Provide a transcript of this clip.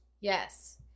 Yes